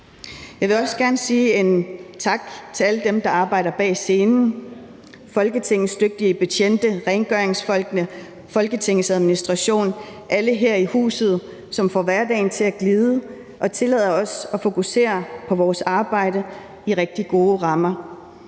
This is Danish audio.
Jeg vil også gerne sige en tak til alle dem, der arbejder bag scenen – Folketingets dygtige betjente, rengøringsfolkene, Folketingets Administration, alle her i huset, som får hverdagen til at glide og tillader os at fokusere på vores arbejde i rigtig gode rammer.